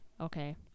okay